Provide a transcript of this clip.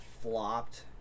flopped